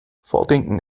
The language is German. vordenken